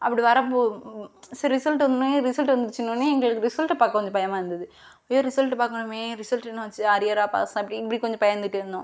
அப்படி வரும் போது ரிசல்ட் வந்தோனே ரிசல்ட் வந்துருச்சுன்னோனே இந்த ரிசல்ட் பார்க்க கொஞ்சம் பயமாக இருந்தது ஐயோ ரிசல்ட் பார்க்கணும் ரிசல்ட் என்னாச்சு அரியரா பாஸா அப்படின்ட்டு கொஞ்சம் பயந்துட்டே இருந்தோம்